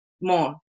more